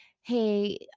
hey